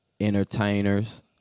entertainers